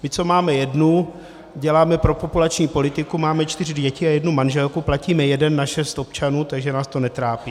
My, co máme jednu, děláme propopulační politiku, máme čtyři děti a jednu manželku, platíme jeden na šest občanů, takže nás to netrápí.